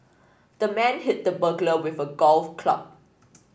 the man hit the burglar with a golf club